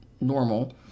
normal